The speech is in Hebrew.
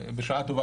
בשעה טובה,